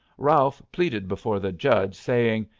ralph pleaded before the judge saying,